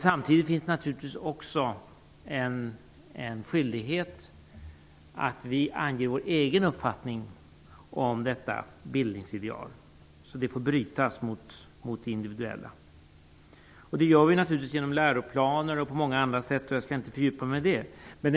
Samtidigt finns det naturligtvis också en skyldighet för oss att ange vår egen uppfattning om detta bildningsideal så att det får brytas mot individuella ideal. Det gör vi genom läroplaner och på många andra sätt, men jag skall inte fördjupa mig i det.